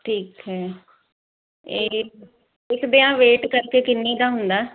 ਠੀਕ ਹੈ ਤੇ ਇਸ ਦੀਆਂ ਵੇਟ ਕਰਕੇ ਕਿੰਨੀ ਦਾ ਹੁੰਦਾ